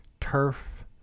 turf